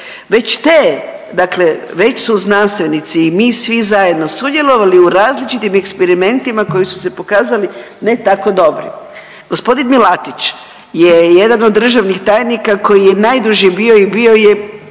Već te, dakle već su znanstvenici i mi svi zajedno sudjelovali u različitim eksperimentima koji su se pokazali ne tako dobri. Gospodin Milatić je jedan od državnih tajnika koji je najduže bio i bio je